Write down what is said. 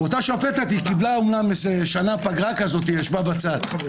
היא קיבלה שנה פגרה השופטת, ישבה בצד.